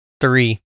three